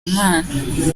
imana